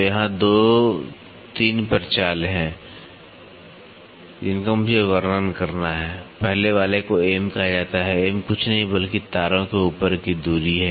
तो यहां 2 3 प्रचाल हैं जिनका मुझे वर्णन करना है पहले वाले को M कहा जाता है M कुछ नहीं बल्कि तारों के ऊपर की दूरी है